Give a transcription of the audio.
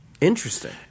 Interesting